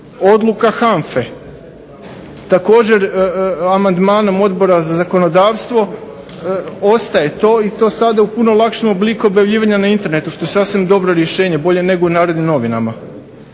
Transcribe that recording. odluka HANFA. Također amandmanom odbora za zakonodavstvo ostaje to i sada puno lakšem obliku objavljivanja na internetu, što je sasvim dobro rješenje, bolje nego u Narodnim novinama.